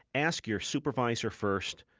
ask your supervisor first.